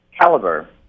caliber